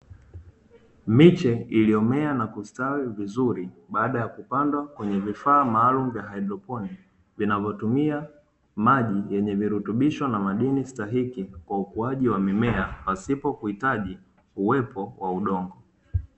Miche iliyomea na kustawi vizuri baada ya kupanda kwenye vifaa maalumu vya haidroponi, vinavyotumia maji yenye virutubisho na madini stahiki kwa ukuaji wa mimea pasipo kuhitaji uwepo wa udongo.